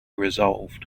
resolved